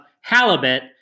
halibut